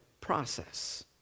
process